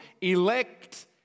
Elect